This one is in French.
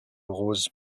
rose